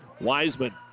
Wiseman